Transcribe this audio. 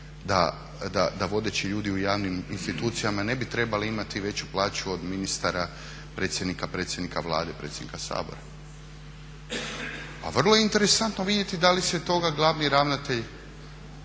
da vodeći ljudi u javnim institucijama ne bi trebali imati veću plaću od ministara, predsjednika, predsjednika Vlade, predsjednika Sabora. A vrlo je interesantno vidjeti da li se toga glavni ravnatelj